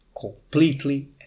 completely